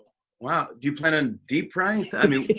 wow. do you plan on deep frying? so i mean,